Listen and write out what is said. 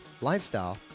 lifestyle